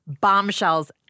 bombshells